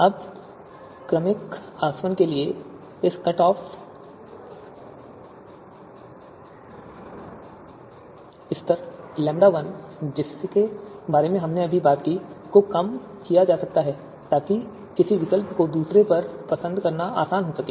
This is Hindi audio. अब क्रमिक आसवन के लिए इस कट ऑफ स्तर λ1 जिसके बारे में हमने बात की को कम किया जा सकता है ताकि किसी विकल्प को दूसरे पर पसंद करना आसान हो सके